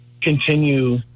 continue